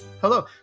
Hello